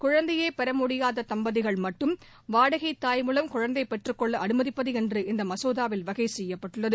குழந்தையே பெறமுடியாத தம்பதிகள் மட்டும் வாடகைத்தாய் மூலம் குழந்தை பெற்றுக்கொள்ள அனுமதிப்பது என்று இந்த மசோதாவில் வகை செய்யப்பட்டுள்ளது